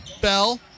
Bell